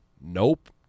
nope